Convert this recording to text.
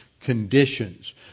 conditions